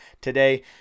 today